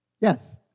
Yes